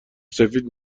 سفید